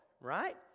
Right